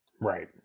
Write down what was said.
Right